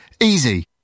Easy